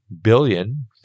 billion